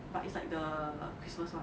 but it's like the christmas [one]